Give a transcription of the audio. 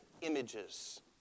images